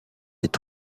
est